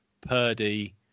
Purdy